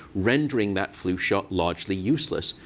rendering that flu shot largely useless.